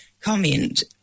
comment